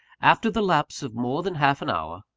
after the lapse of more than half an hour,